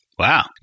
Wow